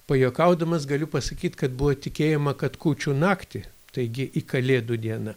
pajuokaudamas galiu pasakyt kad buvo tikėjama kad kūčių naktį taigi į kalėdų dieną